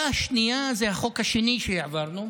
הנקודה השנייה היא החוק השני שהעברנו,